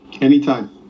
Anytime